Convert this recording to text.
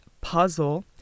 puzzle